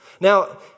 Now